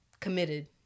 committed